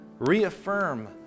Reaffirm